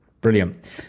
Brilliant